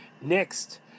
Next